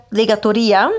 legatoria